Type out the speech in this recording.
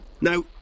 Now